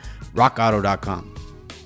rockauto.com